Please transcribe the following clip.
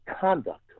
conduct